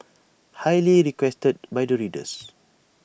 highly requested by the readers